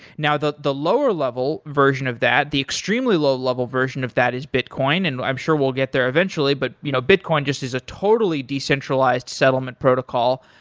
now, the the lower level version of that, the extremely low level version of that is bitcoin, and i'm sure we'll get there eventually. but you know bitcoin just is a totally decentralized settlement protocol.